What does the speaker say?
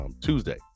Tuesday